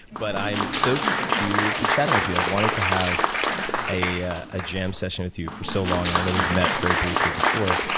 but i'm stoked to be chatting with you. i've wanted to have a ah ah jam session with you for so long. and i know we've met very briefly before.